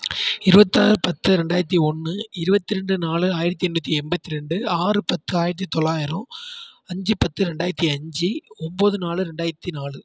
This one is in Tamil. இருபத்தாறு பத்து ரெண்டாயித்தி ஒன்று இருபத்தி ரெண்டு நாலு ஆயிரத்தி எண்ணூற்றி எண்பத்தி ரெண்டு ஆறு பத்து ஆயிரத்தி தொள்ளாயிரோம் அஞ்சு பத்து ரெண்டாயித்தி அஞ்சு ஒன்போது நாலு ரெண்டாயித்தி நாலு